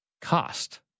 Cost